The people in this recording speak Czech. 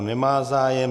Nemá zájem.